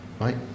right